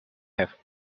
have